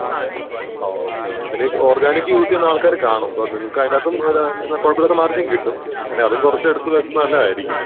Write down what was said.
അ ആ okay okay പിന്നെ ഈ ഓർഗാനിക്ക് യൂസ് ചെയ്യുന്ന ആൾക്കാർ കാണും നിങ്ങക്കതിനകത്തും ഒരു കുഴപ്പമില്ലാത്ത മാർജിൻ കിട്ടും വേണേൽ അതും കുറച്ചെടുത്ത് വെയ്ക്കുന്നത് നല്ലതായിരിക്കും